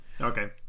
okay